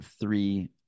three